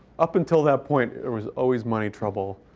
up until that point there was always money trouble.